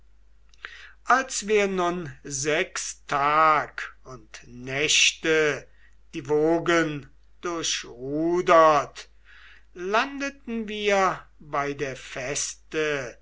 als wir nun sechs tag und nächte die wogen durchrudert landeten wir bei der